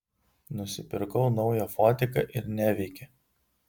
nusipirkau naują fotiką ir neveikia